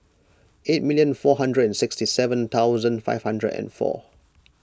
eight million four hundred and sixty seven thousand five hundred and four